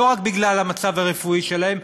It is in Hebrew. לא רק המצב הרפואי שלהם,